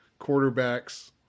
quarterbacks